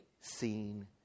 seen